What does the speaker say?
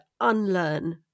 unlearn